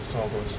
什么 worlds